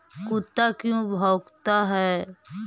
कुत्ता क्यों भौंकता है?